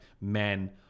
men